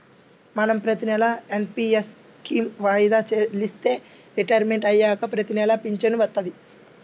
మనం ప్రతినెలా NPS scheme వాయిదా చెల్లిస్తే రిటైర్మంట్ అయ్యాక ప్రతినెలా పింఛను వత్తది